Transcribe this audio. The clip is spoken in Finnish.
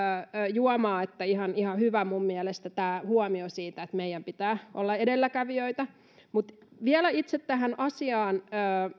juomaa eli ihan hyvä minun mielestäni tämä huomio siitä että meidän pitää olla edelläkävijöitä mutta vielä itse tähän asiaan